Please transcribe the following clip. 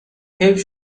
حیف